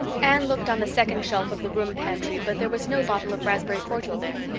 anne looked on the second shelf of the room pantry but there was no bottle of raspberry cordial there.